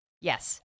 Yes